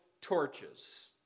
torches